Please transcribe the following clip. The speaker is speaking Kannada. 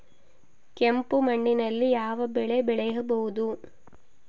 ಕೆಂಪು ಮಣ್ಣಿನಲ್ಲಿ ಯಾವ ಬೆಳೆ ಬೆಳೆಯಬಹುದು?